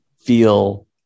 feel